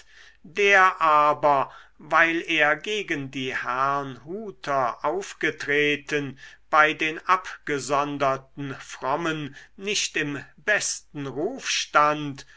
der aber weil er gegen die herrnhuter aufgetreten bei den abgesonderten frommen nicht im besten ruf stand